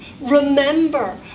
remember